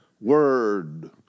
word